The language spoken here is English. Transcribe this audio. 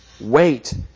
wait